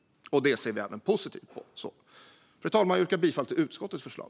Det ser vi positivt på. Fru talman! Jag yrkar bifall till utskottets förslag.